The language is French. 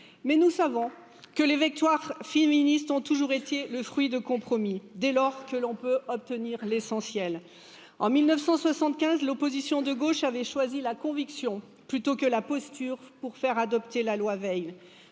mais nous savons que les victoires féministes ont toujours été le fruit de compromis dès lors que l'on en mille neuf cent soixante quinze l'opposition de gauche avait choisi la conviction plutôt que la posture pour faire adopter la loi veil